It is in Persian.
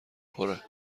پره